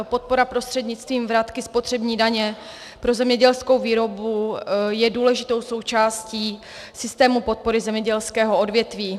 Podpora prostřednictvím vratky spotřební daně pro zemědělskou výrobu je důležitou součástí systému podpory zemědělského odvětví.